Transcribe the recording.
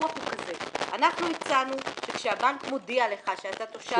הוויכוח הוא כזה: אנחנו הצענו שכשהבנק מודיע לך שאתה תושב הולנד,